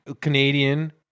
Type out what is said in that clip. Canadian